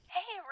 Hey